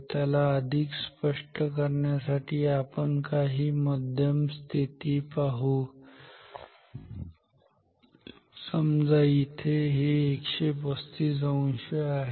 याला अधिक स्पष्ट करण्यासाठी आपण काही मध्यम स्थिती पाहू समजा इथे हे 135 अंश आहे